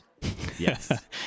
Yes